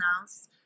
else